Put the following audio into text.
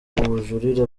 ubujurire